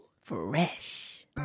Fresh